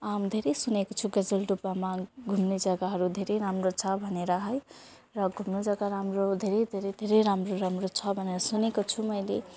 धेरै सुनेको छु गजलडुब्बामा घुम्ने जग्गाहरू धेरै राम्रो छ भनेर है र घुम्ने जग्गा राम्रो धेरै धेरै धेरै राम्रो राम्रो छ भनेर सुनेको छु मैले